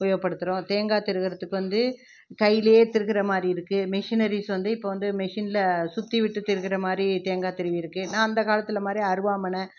உபயோகப்படுத்துறோம் தேங்காய் திருவுறத்துக்கு வந்து கைலேயே திருவுற மாதிரி இருக்கு மிஷினரிஸ் வந்து இப்போ வந்து மிஷினில் சுற்றி விட்டு திருவுற மாதிரி தேங்காய் துருவி இருக்கு நான் அந்த காலத்தில் மாதிரி அருவாமனை